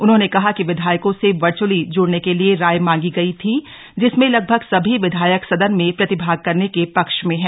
उन्होंने कहा कि विधायकों से वर्च्अली जुड़ने के लिये राय मांगी गयी थी जिसमें लगभग सभी विधायक सदन में प्रतिभाग करने के पक्ष में हैं